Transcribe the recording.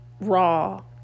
raw